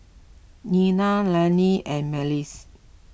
Nena Lanny and Myles